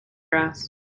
grass